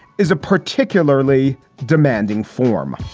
is a particularly demanding form